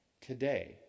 today